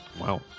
Wow